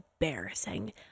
embarrassing